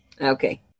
Okay